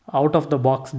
out-of-the-box